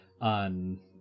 on